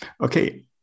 Okay